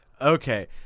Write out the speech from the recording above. okay